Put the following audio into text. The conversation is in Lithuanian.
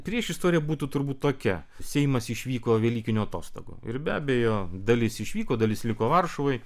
priešistorė būtų turbūt tokia seimas išvyko velykinių atostogų ir be abejo dalis išvyko dalis liko varšuvoj